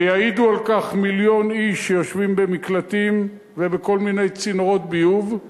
ויעידו על כך מיליון איש שיושבים במקלטים ובכל מיני צינורות ביוב.